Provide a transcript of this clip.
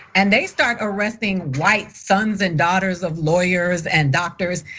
and they start arresting white sons and daughters of lawyers and doctors,